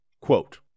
quote